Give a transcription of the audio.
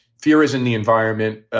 fear is in the environment.